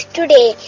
Today